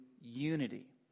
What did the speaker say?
unity